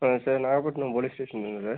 ஆ sir Nagapattinam police ஸ்டேஷனுங்களா sir